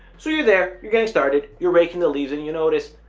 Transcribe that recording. so you're there you're getting started. you're raking the leaves and you notice.